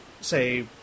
say